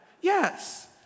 Yes